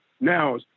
Now